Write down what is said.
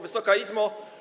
Wysoka Izbo!